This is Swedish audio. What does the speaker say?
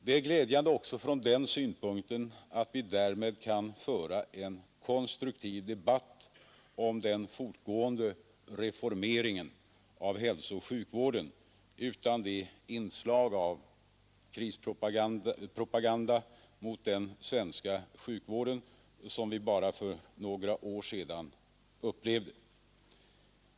Det är glädjande också från den synpunkten att vi därmed kan föra en konstruktiv debatt om den fortgående reformeringen av hälsooch sjukvården utan de inslag av krispropaganda mot den svenska sjukvården som vi bara för några år sedan upplevde.